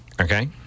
Okay